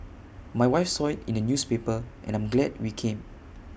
my wife saw IT in the newspaper and I'm glad we came